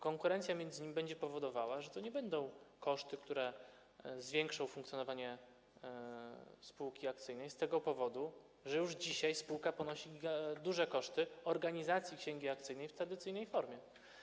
Konkurencja między nimi będzie powodowała, że to nie będą kwoty, które zwiększą koszty funkcjonowania spółki akcyjnej z tego względu, że już dzisiaj spółka ponosi duże koszty organizacji księgi akcyjnej w tradycyjnej formie.